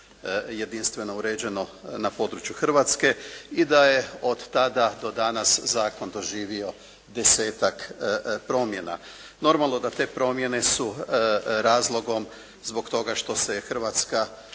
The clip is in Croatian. jedinstveno uređeno na području Hrvatske i da je od tada do danas zakon doživio desetak promjena. Normalno da te promjene su razlogom zbog toga što se Hrvatska